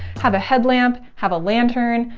have a headlamp, have a lantern.